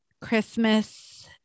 Christmas